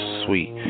sweet